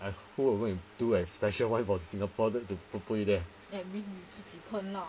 ah who will go and do a special [one] for singapore to pu~ put it there